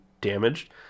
damaged